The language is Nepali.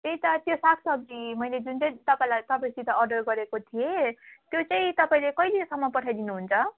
त्यही त त्यो साग सब्जी मैले जुन चाहिँ तपाईँलाई तपाईँसित अर्डर गरेको थिएँ त्यो चाहिँ तपाईँले कहिलेसम्म पठाइ दिनुहुन्छ